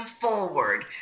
forward